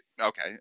Okay